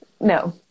No